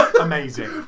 Amazing